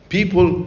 People